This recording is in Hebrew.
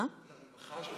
לרווחה של